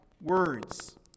words